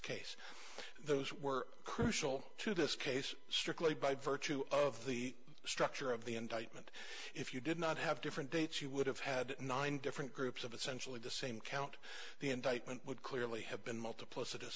case those were crucial to this case strictly by virtue of the structure of the indictment if you did not have different dates you would have had nine different groups of essentially the same count the indictment would clearly have been multipl